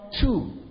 two